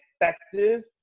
effective